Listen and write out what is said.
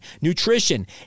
nutrition